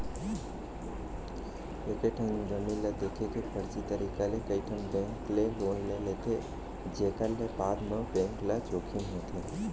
एकेठन जमीन ल देखा के फरजी तरीका ले कइठन बेंक ले लोन ले लेथे जेखर ले बाद म बेंक ल जोखिम होथे